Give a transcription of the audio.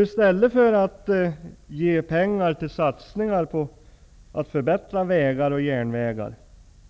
I stället för att ge pengar till satsningar för att förbättra vägar och järnvägar